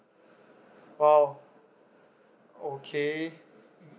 !wow! okay